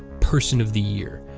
person of the year,